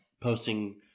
posting